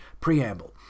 preamble